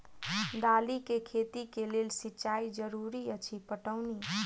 दालि केँ खेती केँ लेल सिंचाई जरूरी अछि पटौनी?